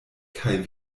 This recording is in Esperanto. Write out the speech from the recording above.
kaj